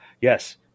yes